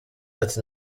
ati